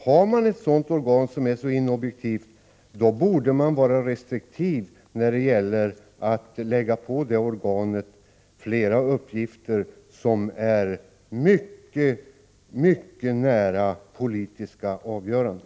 Har man ett organ som visar sådan brist på objektivitet borde man vara restriktiv med att lägga på det organet flera uppgifter som är mycket, mycket nära politiska avgöranden.